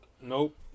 nope